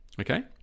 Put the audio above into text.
okay